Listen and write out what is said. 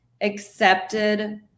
accepted